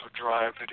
drive